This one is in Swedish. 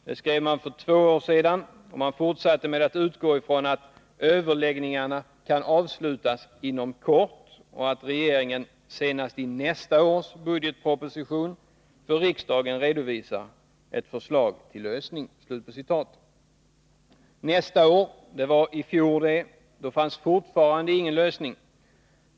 Det skrev man för två år sedan och man fortsatte med att utgå från att ”överläggningarna —-—-- kan avslutas inom kort och att regeringen senast i nästa års budgetproposition för riksdagen redovisar ett förslag till lösning”. ”Nästa år” — det var i fjol! Då fanns fortfarande ingen lösning.